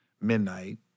Midnight